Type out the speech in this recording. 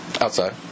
Outside